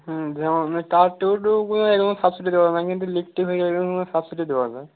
হুম যেমন মানে তার টিউব টিউবগুলো সাবসিডি দেওয়া হয় কিন্তু লিক টিক হয়ে গেলে সাবসিডি দেওয়ার হয়